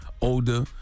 older